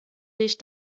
dich